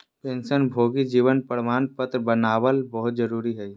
पेंशनभोगी जीवन प्रमाण पत्र बनाबल बहुत जरुरी हइ